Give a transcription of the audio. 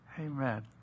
Amen